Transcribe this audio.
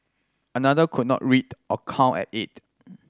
another could not read or count at eight